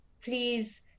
please